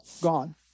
gone